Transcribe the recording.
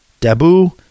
Dabu